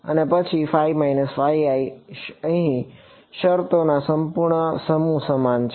અને પછી અહીં શરતોના સંપૂર્ણ સમૂહ સમાન છે